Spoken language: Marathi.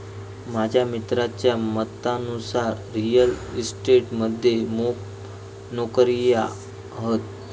माझ्या मित्राच्या मतानुसार रिअल इस्टेट मध्ये मोप नोकर्यो हत